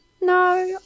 No